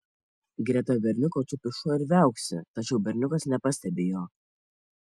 greta berniuko tupi šuo ir viauksi tačiau berniukas nepastebi jo